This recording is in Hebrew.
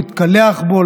להתקלח בו,